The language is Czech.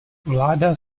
vláda